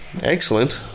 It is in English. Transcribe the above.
Excellent